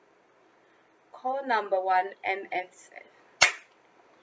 call number one M_S_F